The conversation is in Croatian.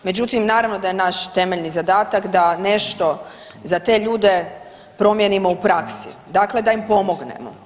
Međutim, naravno da je naš temeljni zadatak da nešto za te ljude promijenimo u praksi, dakle da im pomognemo.